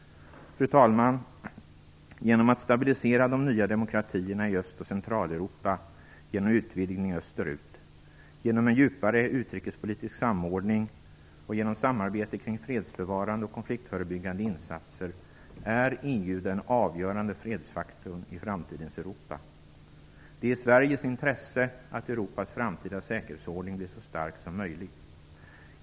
Fru talman! Genom att stabilisera de nya demokratierna i Öst och Centraleuropa genom utvidgning österut, genom en djupare utrikespolitisk samordning och genom samarbete kring fredsbevarande och konfliktförebyggande insatser är EU den avgörande fredsfaktorn i framtidens Europa. Det är i Sveriges intresse att Europas framtida säkerhetsordning blir så stark som möjligt.